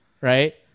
right